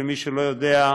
למי שלא יודע,